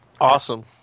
awesome